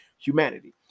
humanity